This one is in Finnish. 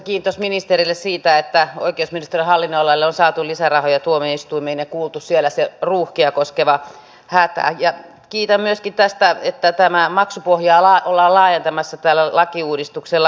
kiitos ministerille siitä että oikeusministeriön hallinnonalalle on saatu lisärahoja tuomioistuimiin ja kuultu siellä se ruuhkia koskeva hätä ja kiitän myöskin tästä että maksupohjaa ollaan laajentamassa tällä lakiuudistuksella